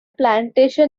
plantation